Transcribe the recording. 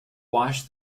wash